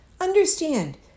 Understand